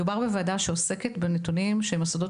מדובר בוועדה שעוסקת בנתונים שהם הסודות